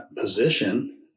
position